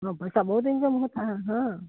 हाँ पैसा बहुत इनक़म होता है हाँ